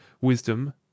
wisdom